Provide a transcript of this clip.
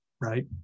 right